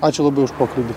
ačiū labai už pokalbį